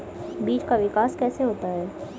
बीज का विकास कैसे होता है?